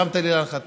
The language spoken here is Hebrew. הרמת לי להנחתה.